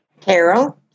carol